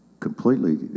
Completely